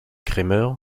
kremer